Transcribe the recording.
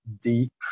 deep